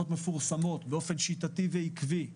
להיות מפורסמות באופן שיטתי ועקבי.